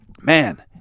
man